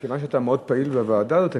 מכיוון שאתה מאוד פעיל בוועדה הזאת,